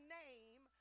name